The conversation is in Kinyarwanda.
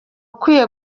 ukwiye